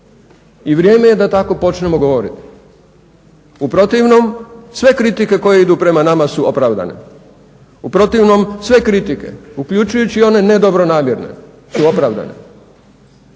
I vrijeme je da tako počnemo govoriti. U protivnom sve kritike koje idu prema nama su opravdane, u protivnom sve kritike uključujući i one nedobronamjerne su opravdane